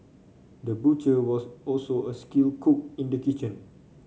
the butcher was also a skilled cook in the kitchen